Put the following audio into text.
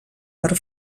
per